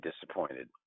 disappointed